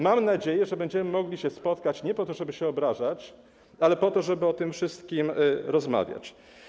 Mam nadzieję, że będziemy mogli się spotkać nie po to, żeby się obrażać, ale po to, żeby o tym wszystkim rozmawiać.